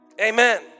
Amen